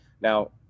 Now